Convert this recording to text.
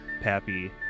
Pappy